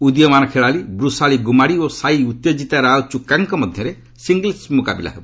ଉଦୀୟମାନ ଖେଳାଳି ବୂଶାଳୀ ଗୁମାଡ଼ି ଓ ସାଇ ଉତ୍ତେଜିତା ରାଓ ଚୁକ୍କାଙ୍କ ମଧ୍ୟରେ ସିଙ୍ଗିଲ୍ସ ମୁକାବିଲା ହେବ